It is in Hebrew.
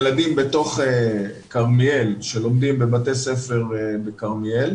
ילדים בתוך כרמיאל שלומדים בבתי ספר בכרמיאל,